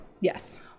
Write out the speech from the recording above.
Yes